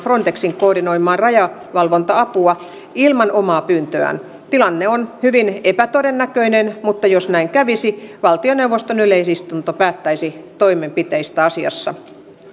frontexin koordinoimaa rajavalvonta apua ilman omaa pyyntöään tilanne on hyvin epätodennäköinen mutta jos näin kävisi valtioneuvoston yleisistunto päättäisi toimenpiteistä asiassa